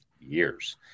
years